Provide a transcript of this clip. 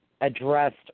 addressed